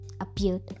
appeared